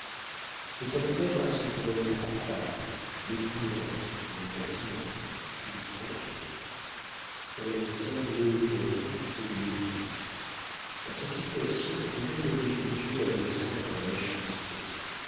elle savait être à son gré affable méprisante ou impertinente ou confiante elle semblait bonne et l'était dans sa situation rien ne l'obligeait à descendre à la méchanceté